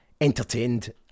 entertained